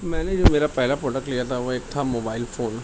میں نے یہ میرا پہلا پروڈکٹ لیا تھا وہ ایک تھا موبائل فون